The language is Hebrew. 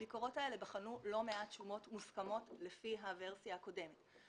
הביקורות האלה בחנו לא מעט שומות מוסכמות לפי הוורסיה הקודמת.